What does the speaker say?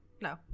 no